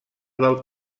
del